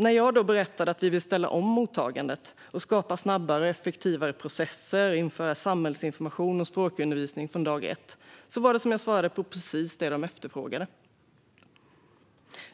När jag berättade att vi vill ställa om mottagandet och skapa snabbare och effektivare processer och införa samhällsinformation och språkundervisning från dag ett, var det som om jag svarade på precis det de efterfrågade.